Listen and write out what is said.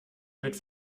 mit